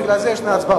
בגלל זה יש שתי הצבעות.